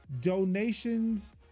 donations